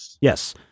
Yes